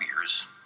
years